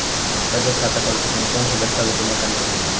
बचत खाता खोलते समय कौनसे दस्तावेज़ जमा करने होंगे?